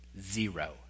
Zero